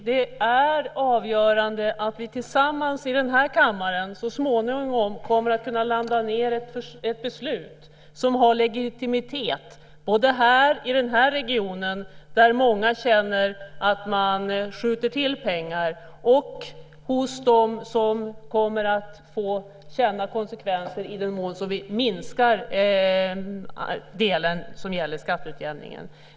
Det är avgörande att vi tillsammans i den här kammaren så småningom kan landa i ett beslut som har legitimitet både i den här regionen, där många känner att man skjuter till pengar, och hos dem som kommer att få känna konsekvenser i den mån som vi minskar den del som gäller skatteutjämningen.